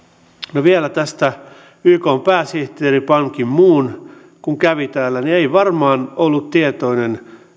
vielä tästä kun ykn pääsihteeri ban ki moon kävi täällä hän ei varmaan ollut tietoinen